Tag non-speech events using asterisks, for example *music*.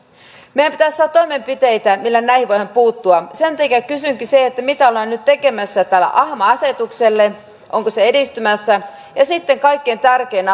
meidän pitäisi saada toimenpiteitä millä näihin voidaan puuttua sen takia kysynkin mitä ollaan nyt tekemässä tälle ahma asetukselle onko se edistymässä sitten kaikkein tärkein *unintelligible*